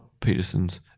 Peterson's